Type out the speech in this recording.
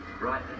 Right